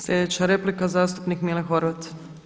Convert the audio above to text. Sljedeća replika zastupnik Mile Horvat.